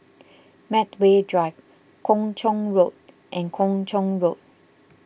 Medway Drive Kung Chong Road and Kung Chong Road